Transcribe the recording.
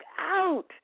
out